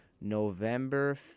November